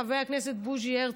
חבר הכנסת בוז'י הרצוג.